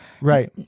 right